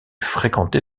fréquenté